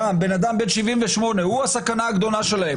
גם בן אדם בן 78, הוא הסכנה הגדולה שלהם.